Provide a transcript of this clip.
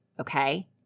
okay